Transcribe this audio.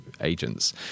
agents